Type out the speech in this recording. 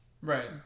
Right